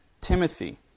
Timothy